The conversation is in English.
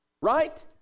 right